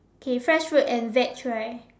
okay fresh fruit and veg right